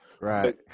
Right